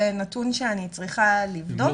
זה נתון שאני צריכה לבדוק,